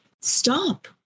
Stop